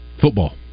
Football